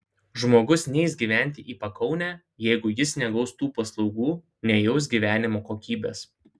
žmogus neis gyventi į pakaunę jeigu jis negaus tų paslaugų nejaus gyvenimo kokybės